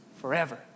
forever